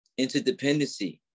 interdependency